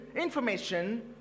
information